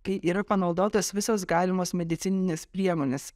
kai yra panaudotos visos galimos medicininės priemonės